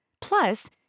Plus